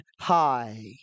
high